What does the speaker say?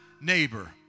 neighbor